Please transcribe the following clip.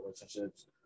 relationships